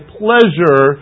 pleasure